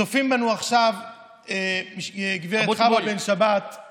צופה בנו עכשיו גב' חוה בן שבת.